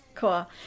Cool